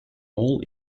mall